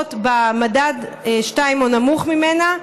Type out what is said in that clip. שנמצאות במדד 2 או נמוך ממנו,